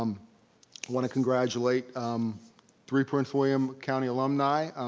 um wanna congratulate um three prince william county alumni